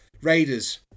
Raiders